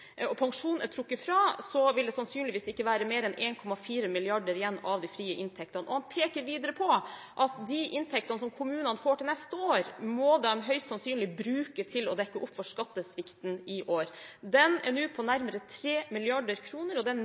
og pensjon er trukket fra, vil det sannsynligvis ikke være mer enn 1,4 mrd. kr igjen av de frie inntektene. Han peker videre på at de inntektene som kommunene får til neste år, må de høyst sannsynligvis bruke til å dekke opp for skattesvikten i år. Den er nå på nærmere 3 mrd. kr, og den